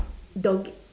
dog